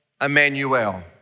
Emmanuel